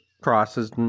crosses